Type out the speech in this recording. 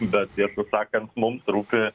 bet tiesą sakant mums rūpi